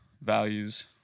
values